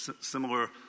similar